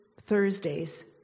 Thursdays